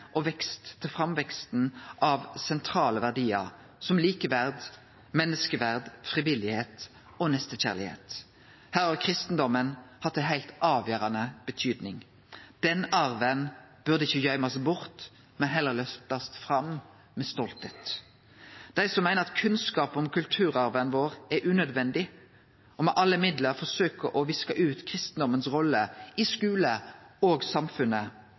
og vekst til framveksten av sentrale verdiar som likeverd, menneskeverd, frivilligheit og nestekjærleik? Her har kristendomen hatt ei heilt avgjerande betyding. Den arven burde ikkje gøymast bort, men heller løftast fram med stoltheit. Dei som meiner at kunnskap om kulturarven vår er unødvendig, og med alle middel forsøkjer å viske ut kristendomen si rolle i skulen og i samfunnet,